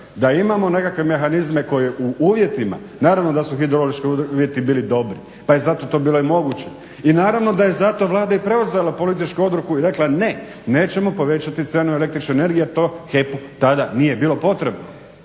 da imamo nekakve mehanizme koje u uvjetima, naravno da su ideološki uvjeti bili dobri, pa je zato to bilo i moguće. I naravno da je zato Vlada i preuzela političku odluku i rekla ne, nećemo povećati cijenu električne energije to HEP-u tada nije bilo potrebno.